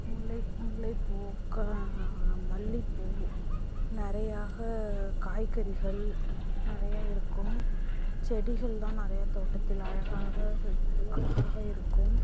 முல்லை முல்லைப் பூ க மல்லிப் பூ நிறையாக காய்கறிகள் நிறையா இருக்கும் செடிகள் தான் நிறையா தோட்டத்தில் அழகாக அழகாக இருக்கும்